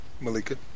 Malika